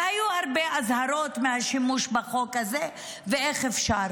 והיו הרבה אזהרות מהשימוש בחוק הזה ואיך אפשר.